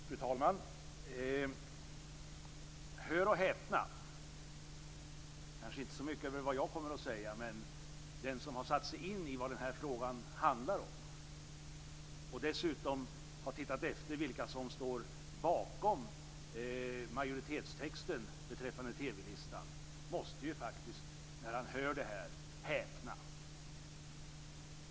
Fru talman! Hör och häpna! Jag syftar inte så mycket på vad jag kommer att säga, men den som sätter sig in i vad den här frågan handlar om och tittar efter vilka som står bakom majoritetstexten om TV listan måste faktiskt häpna.